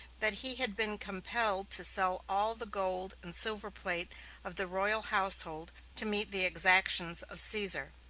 that he had been compelled to sell all the gold and silver plate of the royal household to meet the exactions of caesar.